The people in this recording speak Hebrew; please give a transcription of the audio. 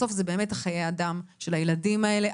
בסוף זה חיי אדם של הילדים האלה.